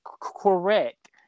correct